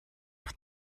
auf